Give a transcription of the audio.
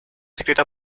escrita